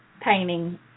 painting